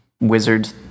wizard